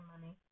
money